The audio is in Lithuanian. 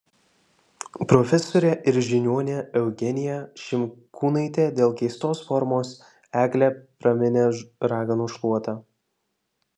profesorė ir žiniuonė eugenija šimkūnaitė dėl keistos formos eglę praminė raganų šluota